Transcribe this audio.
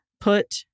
put